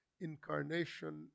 Incarnation